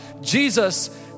Jesus